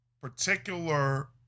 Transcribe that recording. Particular